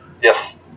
Yes